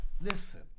Listen